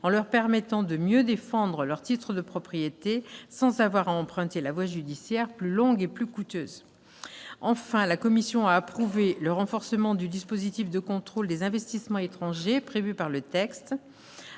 en leur permettant de mieux défendre leurs titres de propriété sans avoir à emprunter la voie judiciaire, plus longue et plus coûteuse. Enfin, la commission spéciale a approuvé le renforcement du dispositif de contrôle des investissements étrangers prévu par le texte.